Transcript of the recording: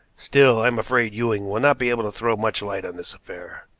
still, i am afraid ewing will not be able to throw much light on this affair.